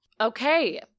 Okay